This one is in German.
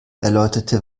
erläuterte